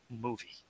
movie